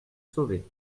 sauvé